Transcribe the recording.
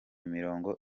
mirongo